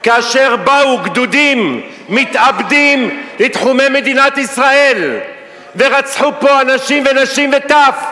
כאשר באו גדודים מתאבדים לתחומי מדינת ישראל ורצחו פה אנשים ונשים וטף,